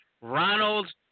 Ronald